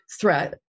threat